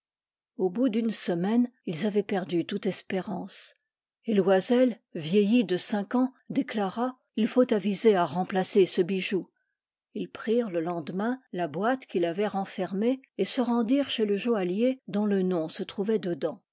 au bout d'une semaine ils avaient perdu toute espérance et loisel vieilli de cinq ans déclara ii faut aviser à remplacer ce bijou ils prirent le lendemain la boîte qui l'avait renfermé et se rendirent chez le joaillier dont le nom se trouvait dedans